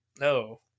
No